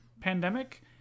pandemic